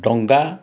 ଡ଼ଙ୍ଗା